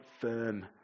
firm